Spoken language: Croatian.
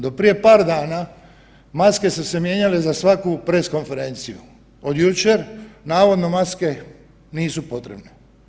Do prije par dana maske su se mijenjale za svaku press konferenciju, od jučer navodno maske nisu potrebne.